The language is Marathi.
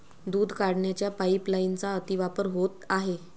दूध काढण्याच्या पाइपलाइनचा अतिवापर होत आहे